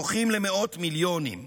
זוכים למאות מיליונים,